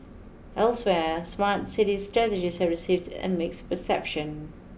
elsewhere smart city strategies have received a mixed reception